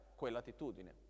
quell'attitudine